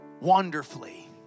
wonderfully